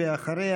ואחריה,